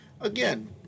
again